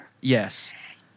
Yes